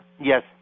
Yes